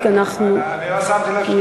ההצבעה הסתיימה.